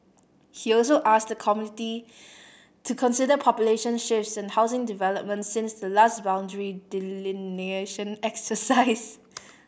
he also asked the committee to consider population shifts and housing developments since the last boundary delineation exercise